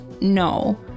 No